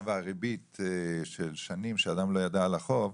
והריבית של שנים שאדם לא ידע על החוב,